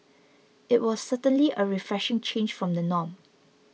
it was certainly a refreshing change from the norm